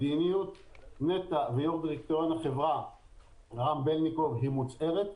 מדיניות נת"ע ויושב-ראש דירקטוריון החברה רם בלניקוב היא מוצהרת.